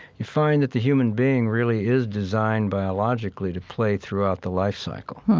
you find that the human being really is designed biologically to play throughout the life cycle.